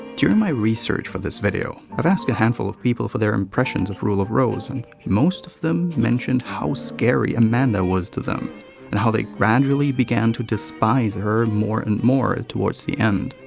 during my research for this video, i've asked a handful of people for their impression of rule of rose and most of them mentioned how scary amanda was to them and how they gradually began to despise her more and more towards the end.